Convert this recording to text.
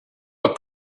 what